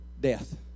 death